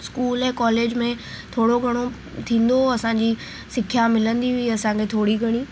school ऐं college में थोरो घणो थींदो उहो असांजी सिख्या मिलंदी हुई असांखे थोरी घणी